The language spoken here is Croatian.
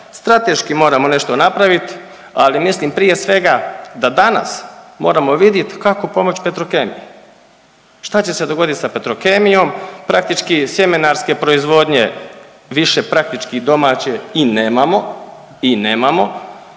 strateški moramo nešto napraviti, ali mislim prije svega da danas moramo vidjet kao pomoć Petrokemiji. Šta će se dogodit sa Petrokemijom? Praktički sjemenarske proizvodnje više praktički domaće i nemamo i nemamo,